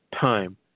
time